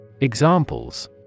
Examples